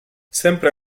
sempre